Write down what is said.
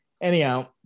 anyhow